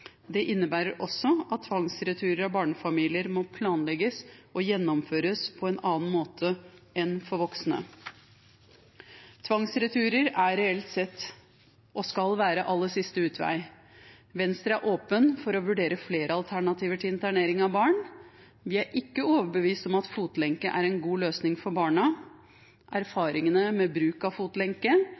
Det innebærer også at tvangsreturer av barnefamilier må planlegges og gjennomføres på en annen måte enn for voksne. Tvangsreturer er reelt sett – og skal være – aller siste utvei. Venstre er åpne for å vurdere flere alternativer til internering av barn. Vi er ikke overbevist om at fotlenke er en god løsning for barna. Erfaringene med bruk av fotlenke